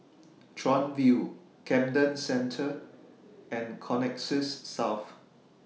Chuan View Camden Centre and Connexis South